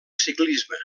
ciclisme